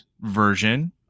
version